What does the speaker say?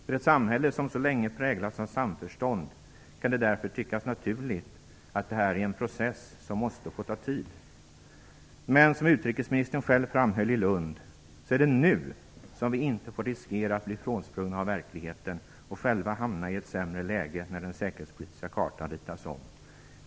För ett samhälle som så länge präglats av samförstånd kan det därför tyckas naturligt att det här är en process som måste få ta tid. Men, som utrikesministern själv framhöll i Lund, är det nu som vi inte får "riskera att bli frånsprungna av verkligheten, och själva hamna i ett sämre läge när den säkerhetspolitiska kartan ritas om".